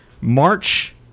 March